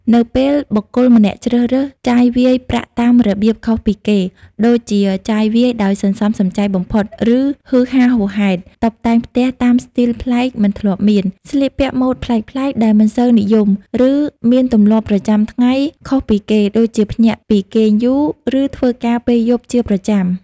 នៅពេលបុគ្គលម្នាក់ជ្រើសរើស ចាយវាយប្រាក់តាមរបៀបខុសពីគេ ដូចជាចាយវាយដោយសន្សំសំចៃបំផុត ឬហ៊ឺហាហួសហេតុ, តុបតែងផ្ទះតាមស្ទីលប្លែកមិនធ្លាប់មាន, ស្លៀកពាក់ម៉ូដប្លែកៗដែលមិនសូវនិយម, ឬមានទម្លាប់ប្រចាំថ្ងៃខុសពីគេ ដូចជាភ្ញាក់ពីគេងយូរ ឬធ្វើការពេលយប់ជាប្រចាំ។